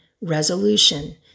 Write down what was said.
resolution